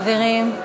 חברים.